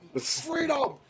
Freedom